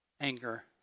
anger